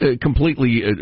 Completely